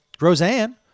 Roseanne